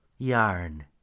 Yarn